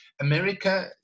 America